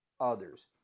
others